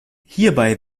hierbei